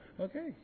Okay